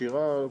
שירה,